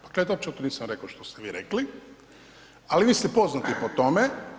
Dakle ja uopće to nisam rekao što ste vi rekli, ali vi ste poznati po tome.